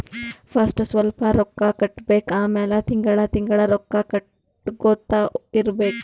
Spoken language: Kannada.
ಫಸ್ಟ್ ಸ್ವಲ್ಪ್ ರೊಕ್ಕಾ ಕಟ್ಟಬೇಕ್ ಆಮ್ಯಾಲ ತಿಂಗಳಾ ತಿಂಗಳಾ ರೊಕ್ಕಾ ಕಟ್ಟಗೊತ್ತಾ ಇರ್ಬೇಕ್